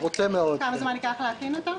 כמה זמן ייקח להכין אותו?